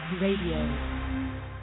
Radio